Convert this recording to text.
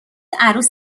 عروس